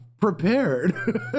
prepared